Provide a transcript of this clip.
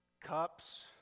cups